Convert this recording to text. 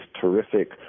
terrific